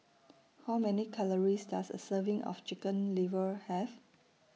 How Many Calories Does A Serving of Chicken Liver Have